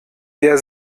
der